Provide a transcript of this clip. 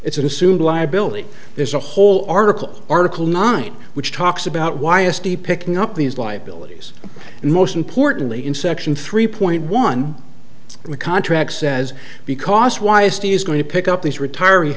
it's an assumed liability there's a whole article article nine which talks about why a steep picking up these liabilities and most importantly in section three point one in the contract says because why is t is going to pick up these retiree